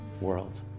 world